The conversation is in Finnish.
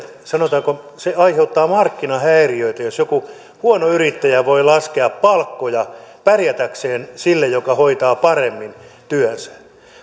sanotaanko että se aiheuttaa markkinahäiriöitä jos joku huono yrittäjä voi laskea palkkoja pärjätäkseen sille joka hoitaa paremmin työnsä